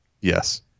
Yes